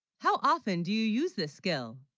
how often, do you, use this skill